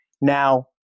Now